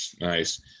Nice